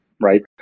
Right